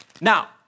Now